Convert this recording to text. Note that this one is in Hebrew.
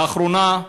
לאחרונה,